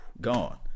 Gone